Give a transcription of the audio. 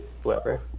whoever